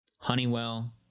honeywell